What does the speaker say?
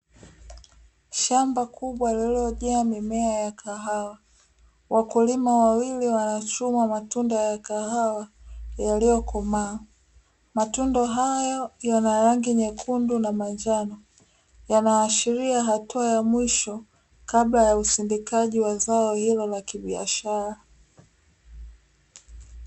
Shamba kubwa lililojaa mimea ya kahawa, wakulima wawili wanachuma matunda ya kahawa yaliyokomaa, matunda hayo yana rangi nyekundu na njano yanaashiria hatua ya mwisho kabla ya usindikaji wa zao hilo la kibiashara.